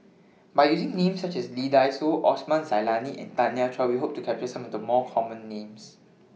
By using Names such as Lee Dai Soh Osman Zailani and Tanya Chua We Hope to capture Some of The Common Names